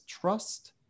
trust